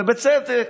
ובצדק.